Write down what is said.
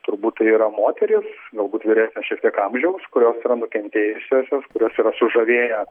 turbūt tai yra moterys galbūt vyresnio šiek tiek amžiaus kurios yra nukentėjusiosios kurias yra sužavėję